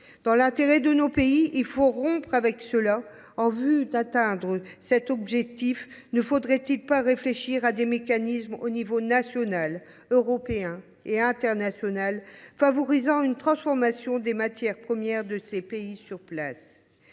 Dans notre intérêt, il faut rompre avec cette dernière. En vue d’atteindre cet objectif, ne faudrait il pas réfléchir à des mécanismes au niveau national, européen et international, favorisant une transformation sur place des matières premières de ces pays ?